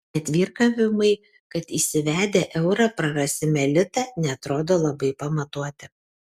net virkavimai kad įsivedę eurą prarasime litą neatrodo labai pamatuoti